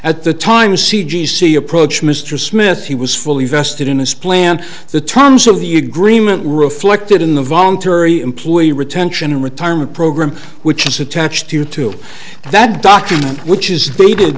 at the time c g c approach mr smith he was fully vested in his plan the terms of the agreement reflected in the voluntary employee retention retirement program which is attached to that document which is